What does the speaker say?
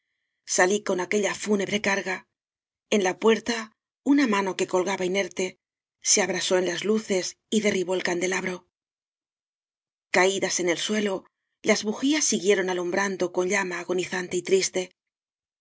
salí con aquella fúnebre carga en la puerta una mano que colgaba inerte se abrasó en las luces y derribó c candelabro caídas en el suelo las bujías si guieron alumbrando con llama agonizante y triste